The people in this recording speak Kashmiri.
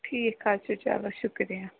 ٹھیٖک حظ چھُ چلو شُکریہ